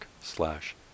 slash